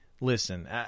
Listen